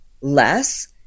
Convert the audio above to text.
less